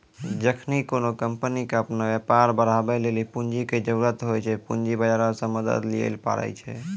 जखनि कोनो कंपनी के अपनो व्यापार बढ़ाबै लेली पूंजी के जरुरत होय छै, पूंजी बजारो से मदत लिये पाड़ै छै